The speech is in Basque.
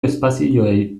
espazioei